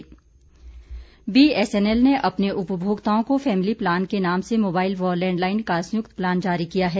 BSNL BSNL ने अपने उपभोक्ताओं को फैमली प्लान के नाम से मोबाईल व लैडलाईन का संयुक्त प्लान जारी किया है